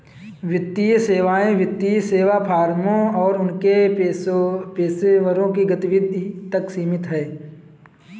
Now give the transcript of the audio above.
वित्तीय सेवाएं वित्तीय सेवा फर्मों और उनके पेशेवरों की गतिविधि तक सीमित हैं